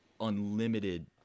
unlimited